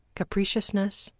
capriciousness,